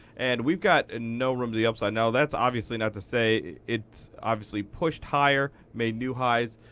and we've got ah no room to the upside. now, that's obviously not to say it's obviously pushed higher, made new highs.